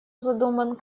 задуман